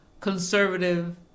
conservative